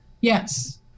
yes